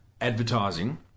advertising